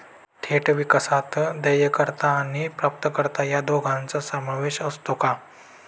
थेट विकासात देयकर्ता आणि प्राप्तकर्ता या दोघांचा समावेश असतो का?